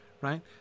Right